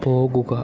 പോകുക